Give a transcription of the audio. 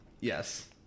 Yes